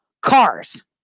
cars